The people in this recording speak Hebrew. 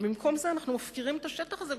במקום זה אנחנו מפקירים את השטח הזה,